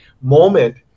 moment